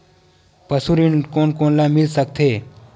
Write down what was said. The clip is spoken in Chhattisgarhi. पशु ऋण कोन कोन ल मिल सकथे?